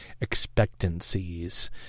expectancies